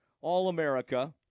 All-America